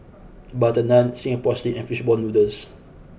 Butter Naan Singapore Sling and Fish Ball Noodles